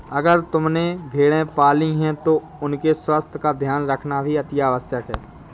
अगर तुमने भेड़ें पाली हैं तो उनके स्वास्थ्य का ध्यान रखना भी अतिआवश्यक है